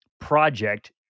project